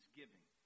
giving